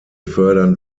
fördern